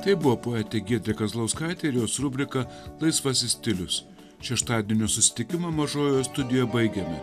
tai buvo poetė giedrė kazlauskaitė ir jos rubrika laisvasis stilius šeštadienio susitikimą mažojoje studijoje baigiame